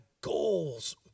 goals